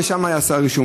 ושמה ייעשה הרישום.